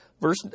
verse